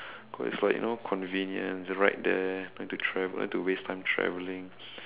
cause like you know convenient right there don't need to travel don't need to waste time traveling